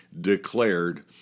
declared